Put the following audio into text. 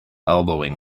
elbowing